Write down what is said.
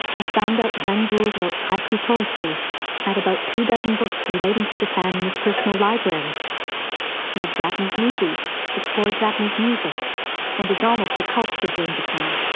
i found out glenn gould wrote haiku poetry had about two dozen books relating to japan in his personal library loved japanese movies explored japanese music and is almost a cult figure in japan.